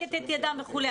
מחזקת את ידיהם וכו',